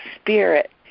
spirit